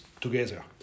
together